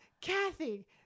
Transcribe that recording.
kathy